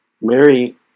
Mary